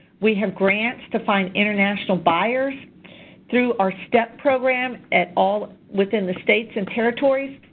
we have grants to find international buyers through our step program at all within the states and territories.